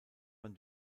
man